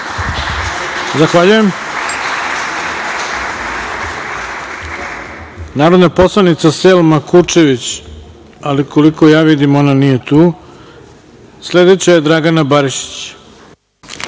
Zahvaljujem. Reč ima narodni poslanik Selma Kučević, ali koliko vidim ona nije tu. Sledeća je Dragana Barišić.